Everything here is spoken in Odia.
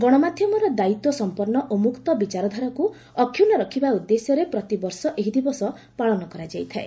ଗଣମାଧ୍ୟମର ଦାୟିତ୍ୱ ସମ୍ପନ୍ତ ଓ ମୁକ୍ତ ବିଚାରାଧାରାକୁ ଅକ୍ଷୁର୍ଣ୍ଣ ରଖିବା ଉଦ୍ଦେଶ୍ୟରେ ପ୍ରତିବର୍ଷ ଏହି ଦିବସ ପାଳନ କରାଯାଇଥାଏ